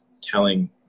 telling